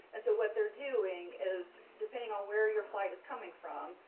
and so what they're doing is depending on where your flight is coming from,